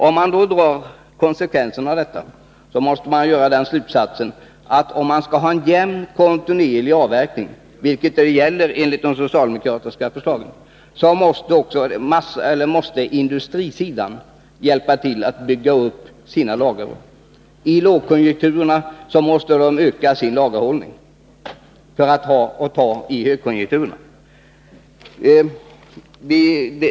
Om man drar konsekvensen av detta måste slutsatsen bli, att skall vi ha en jämn och kontinuerlig avverkning —- vilket gäller enligt de socialdemokratiska förslagen — måste också industrisidan hjälpa till att bygga upp sina lager. I lågkonjunkturerna måste de öka sin lagerhållning för att ha att ta av i högkonjunkturerna.